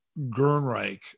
Gernreich